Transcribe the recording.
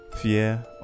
fear